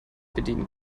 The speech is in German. bedienen